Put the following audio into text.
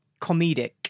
comedic